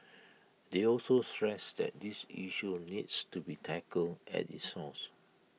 they also stressed that this issue needs to be tackled at its source